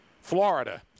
Florida